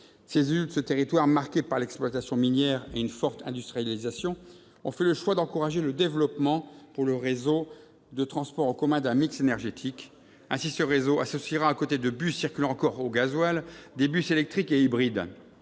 Les élus de ce territoire marqué par l'exploitation minière et une forte industrialisation ont fait le choix d'encourager le développement pour le réseau de transport en commun d'un mix énergétique. Ainsi, le réseau associera, à côté de bus circulant encore gasoil, des bus électriques et hybrides.